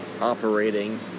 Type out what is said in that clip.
operating